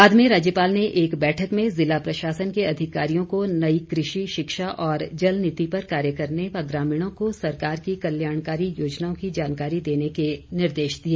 बाद में राज्यपाल ने एक बैठक में जिला प्रशासन के अधिकारियों को नई कृषि शिक्षा और जल नीति पर कार्य करने व ग्रामीणों को सरकार की कल्याणकारी योजनाओं की जानकारी देने के निर्देश दिए